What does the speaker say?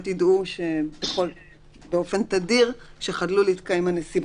ידעו באופן תדיר שחדלו להתקיים הנסיבות.